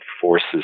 forces